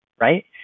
right